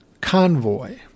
convoy